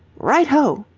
right ho!